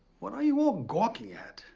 what are you all gawking at?